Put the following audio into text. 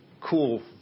cool